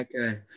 okay